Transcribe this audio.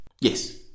Yes